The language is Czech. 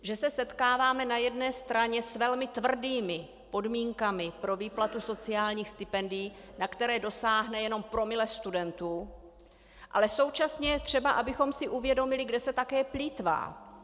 Že se setkáváme na jedné straně s velmi tvrdými podmínkami pro výplatu sociálních stipendií, na která dosáhne jenom promile studentů, ale současně je třeba, abychom si uvědomili, kde se také plýtvá.